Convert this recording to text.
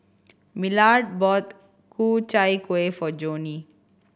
Millard bought Ku Chai Kuih for Joni